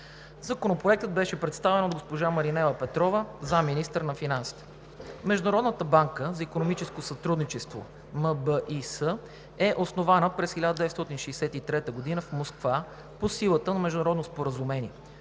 Законопроектът беше представен от госпожа Маринела Петрова – заместник-министър на финансите. Международната банка за икономическо сътрудничество (МБИС) е основана през 1963 г. в Москва по силата на международно споразумение